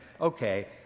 okay